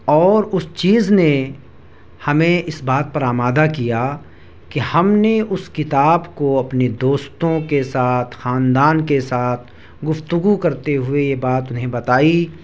اور اس چیز نے ہمیں اس بات پر آمادہ کیا کہ ہم نے اس کتاب کو اپنے دوستوں کے ساتھ خاندان کے ساتھ گفتگو کرتے ہوئے یہ بات انہیں بتائی